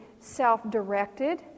self-directed